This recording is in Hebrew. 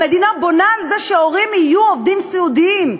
המדינה בונה על זה שההורים יהיו עובדים סיעודיים,